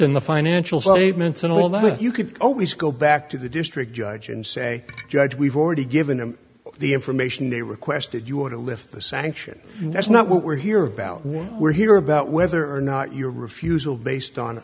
in the financial statements and all that you could always go back to the district judge and say judge we've already given him the information they requested you want to lift the sanction that's not what we're here about why we're here about whether or not your refusal based on